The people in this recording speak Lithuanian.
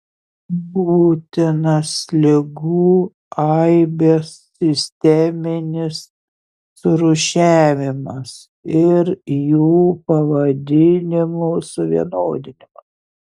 būtinas ligų aibės sisteminis surūšiavimas ir jų pavadinimų suvienodinimas